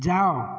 ଯାଅ